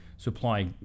supply